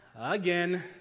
again